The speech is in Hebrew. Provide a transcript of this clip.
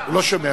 הוא לא שומע.